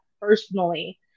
personally